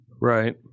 Right